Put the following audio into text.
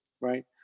right